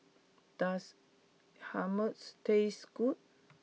does Hummus taste good